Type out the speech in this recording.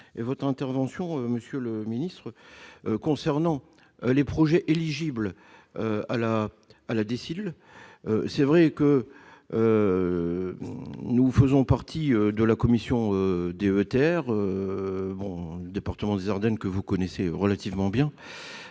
et la vôtre, monsieur le ministre, concernant les projets éligibles à la DSIL. Il est vrai que nous faisons partie de la commission DETR. Celle du département des Ardennes, que vous connaissez relativement bien,